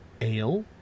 ale